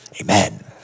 Amen